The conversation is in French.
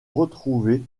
retrouver